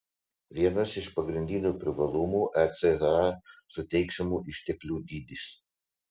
vienas pagrindinių privalumų echa suteiksimų išteklių dydis